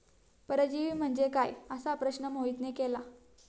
परजीवी म्हणजे काय? असा प्रश्न मोहितने केला